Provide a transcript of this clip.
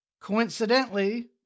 Coincidentally